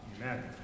Amen